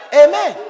amen